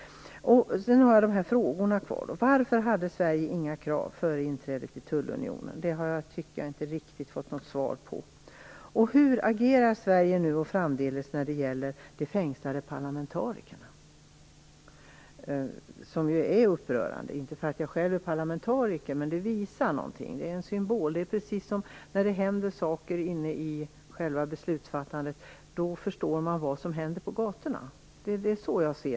Sedan har jag några frågor kvar. Varför hade Sverige inga krav före Turkiets inträde i tullunionen? Jag tycker inte riktigt att jag har fått ett svar på det. Hur agerar Sverige nu, och hur kommer vi att agera framdeles när det gäller de fängslade parlamentarikerna? Det är inte för att jag själv är parlamentariker som jag tycker att detta är upprörande, men jag tycker att det visar på någonting, det är en symbol. När sådant händer inne i själva den beslutsfattande processen, förstår man vad som händer på gatorna.